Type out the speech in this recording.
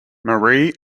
marie